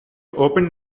opened